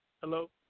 Hello